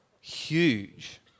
huge